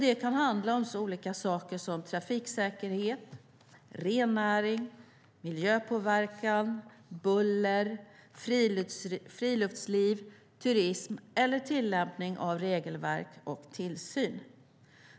Det kan handla om så olika saker som trafiksäkerhet, rennäring, miljöpåverkan, buller, friluftsliv, turism eller tillämpning av regelverk och tillsyn.